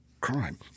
crime